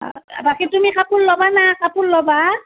বাকী তুমি কাপোৰ ল'বা ন কাপোৰ ল'বা